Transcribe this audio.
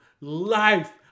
life